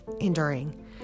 enduring